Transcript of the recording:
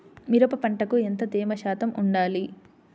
మిరప పంటకు ఎంత తేమ శాతం వుండాలి?